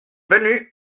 venu